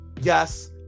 Yes